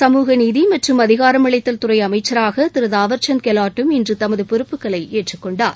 சமூகநீதி மற்றும் அதிகாரமளித்தல் துறை அமைச்சராக திரு தாவர்சந்த் கெலாட்டும் இன்று தமது பொறுப்புகளை ஏற்றுக்கொண்டார்